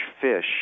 fish